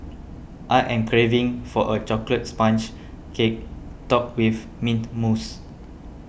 I am craving for a Chocolate Sponge Cake Topped with Mint Mousse